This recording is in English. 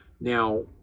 Now